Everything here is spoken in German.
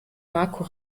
marco